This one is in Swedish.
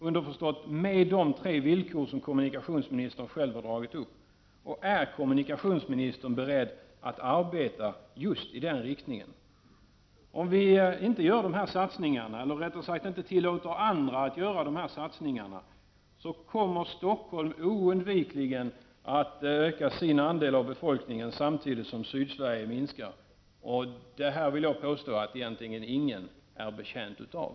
Underförstått med de tre villkor som kommunikationsministern själv har dragit upp. Är kommunikationsministern beredd att arbeta just i den riktningen? Om vi inte gör de satsningarna eller rättare sagt inte tillåter andra att göra de här satsningarna, kommer Stockholm oundvikligen att öka sin andel av befolkningen, samtidigt som Sydsverige minskar. Det vill jag påstå att ingen egentligen är betjänt av.